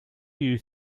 you